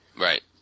Right